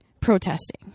protesting